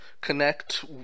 connect